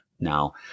Now